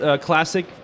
classic